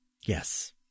Yes